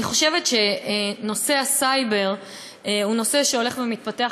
אני חושבת שנושא הסייבר הוא נושא שהולך ומתפתח,